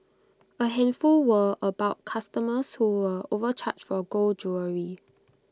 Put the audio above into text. A handful were about customers who were overcharged for gold jewellery